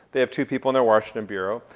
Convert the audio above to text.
they have two people in their washington bureau.